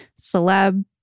celeb